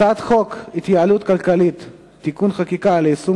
הצעת חוק ההתייעלות הכלכלית (תיקוני חקיקה ליישום